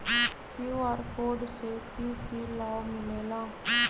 QR code से कि कि लाव मिलेला?